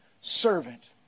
servant